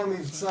מי הקים את זה?